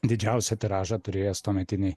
didžiausią tiražą turėjęs tuometinėj